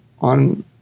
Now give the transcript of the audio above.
on